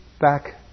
back